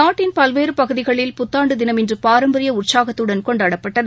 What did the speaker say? நாட்டின் பல்வேறுபகுதிகளில் புத்தாண்டுதினம் இன்றுபாரம்பரியஉற்சாகத்துடன் கொண்டாடப்பட்டது